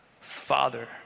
Father